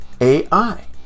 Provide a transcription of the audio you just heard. AI